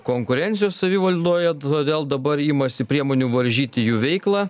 konkurencijos savivaldoje todėl dabar imasi priemonių varžyti jų veiklą